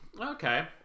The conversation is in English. Okay